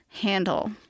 handle